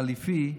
חליפי,